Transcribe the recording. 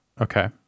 Okay